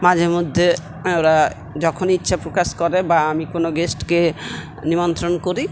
মাঝে মধ্যে ওরা যখন ইচ্ছে প্রকাশ করে বা আমি কোনও গেস্টকে নিমন্ত্রণ করি